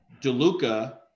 DeLuca